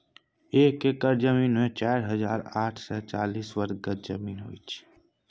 एक एकड़ जमीन मे चारि हजार आठ सय चालीस वर्ग गज जमीन होइ छै